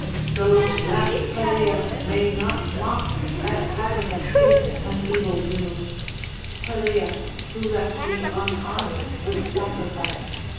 so that pelias may not mock at having escaped an evil doom pelias who left me unhonoured with sacrifice.